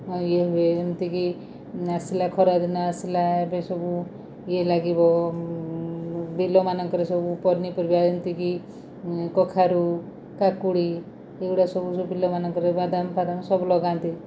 ଇଏ ହୁଏ ଏମିତିକି ଆସିଲା ଖରାଦିନ ଆସିଲା ଏବେ ସବୁ ଇଏ ଲାଗିବ ବିଲ ମାନଙ୍କରେ ସବୁ ପନିପରିବା ଯେମିତିକି କଖାରୁ କାକୁଡ଼ି ଏଗୁଡ଼ା ସବୁ ସବୁ ବିଲ ମାନଙ୍କରେ ବାଦାମ୍ ଫାଦାମ୍ ସବୁ ଲଗାନ୍ତି